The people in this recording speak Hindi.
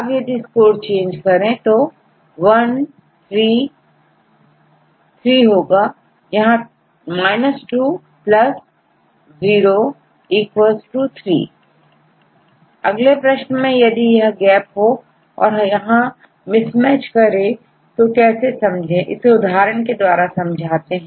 अब यदि स्कोर चेंज करें तो1 3 3 होगा यहां 203 अगले प्रश्न में यदि यह गैप हो और यहां मिसमैच करें तो कैसे समझें इसे उदाहरण के द्वारा समझाते हैं